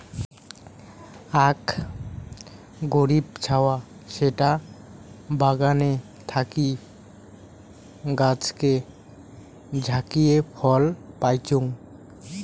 আক গরীব ছাওয়া যেটা বাগানে থাকি গাছকে ঝাকিয়ে ফল পাইচুঙ